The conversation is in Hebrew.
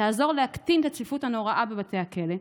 תעזור להקטין את הצפיפות הנוראה בבתי הכלא,